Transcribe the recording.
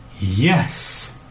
Yes